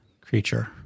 creature